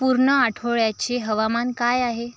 पूर्न आठवड्याचे हवामान काय आहे